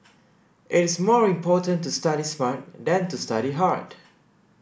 it is more important to study smart than to study hard